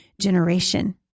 generation